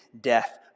death